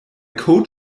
coach